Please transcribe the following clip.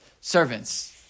servants